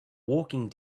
walking